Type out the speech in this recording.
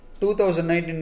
2019